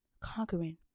conquering